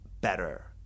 better